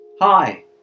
Hi